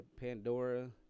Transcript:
Pandora